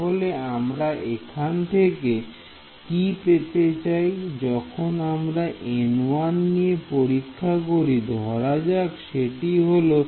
তাহলে আমরা এখান থেকে কি পেতে চাই যখন আমরা N1 নিয়ে পরীক্ষা করি ধরা যাক সেটি হল